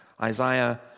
Isaiah